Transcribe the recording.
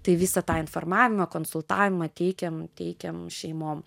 tai visą tą informavimą konsultavimą teikiam teikiam šeimom